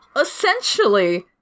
essentially